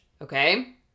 Okay